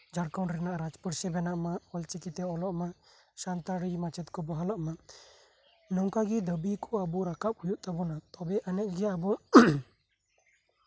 ᱡᱷᱟᱲᱠᱷᱚᱱᱰ ᱨᱮᱱᱟᱜ ᱨᱟᱡᱽ ᱯᱟᱹᱨᱥᱤ ᱵᱮᱱᱟᱜ ᱢᱟ ᱚᱞᱪᱤᱠᱤᱛᱮ ᱚᱞᱚᱜ ᱢᱟ ᱥᱟᱱᱛᱟᱲᱤ ᱢᱟᱪᱮᱫ ᱠᱚ ᱵᱚᱦᱟᱞᱚᱜ ᱢᱟ ᱱᱚᱝᱠᱟᱜᱮ ᱫᱟᱹᱵᱤ ᱠᱚ ᱨᱟᱠᱟᱵ ᱦᱩᱭᱩᱜ ᱛᱟᱵᱳᱱᱟ ᱟᱵᱚ ᱚᱱᱮᱡᱮ